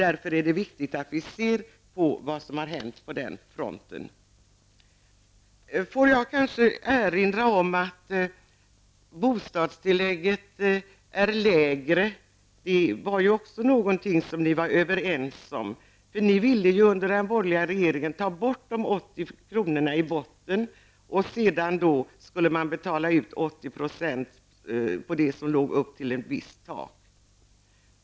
Därför är det viktigt att studera vad som har hänt på den fronten. Jag skulle vilja erinra om att bostadstillägget är mindre. Det är också någonting som ni var överens om. Under den borgerliga regeringstiden ville ni ju ta bort de 80 kronorna i botten, och sedan skulle 80 % betalas ut upp till ett visst tak.